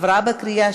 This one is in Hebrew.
נתקבל.